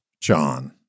John